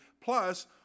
plus